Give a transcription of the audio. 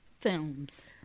films